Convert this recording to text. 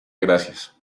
gracias